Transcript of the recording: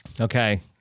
Okay